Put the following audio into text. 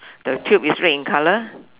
the tube is red in colour